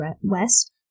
west